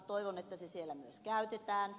toivon että se siellä myös käytetään